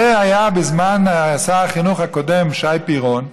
זה היה בזמן שר החינוך הקודם שי פירון,